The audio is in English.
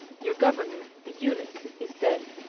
your governor, the eunuch, is dead,